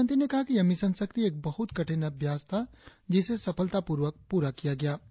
प्रधानमंत्री ने कहा कि यह मिशन शक्ति एक बहुत कठिन अभियान था जिसे सफलतापूर्वक पूरा किया गया